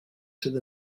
sydd